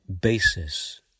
basis